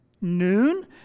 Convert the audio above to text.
noon